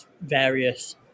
various